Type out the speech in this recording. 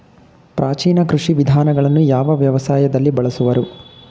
ಪ್ರಾಚೀನ ಕೃಷಿ ವಿಧಾನಗಳನ್ನು ಯಾವ ವ್ಯವಸಾಯದಲ್ಲಿ ಬಳಸುವರು?